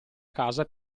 casa